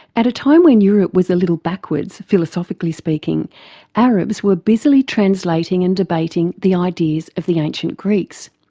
at a time when europe was a little backwards philosophically speaking arabs were busily translating and debating the ideas of the ancient greeks.